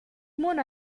mona